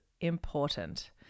important